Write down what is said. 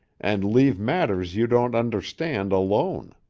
and leave matters you don't understand alone.